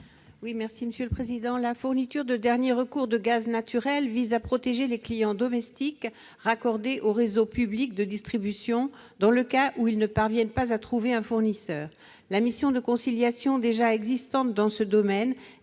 l'amendement n° 284 rectifié. La fourniture de dernier recours de gaz naturel vise à protéger les clients domestiques raccordés aux réseaux publics de distribution, dans le cas où ils ne parviennent pas à trouver un fournisseur. La mission de conciliation déjà existante dans ce domaine,